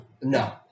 No